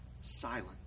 silent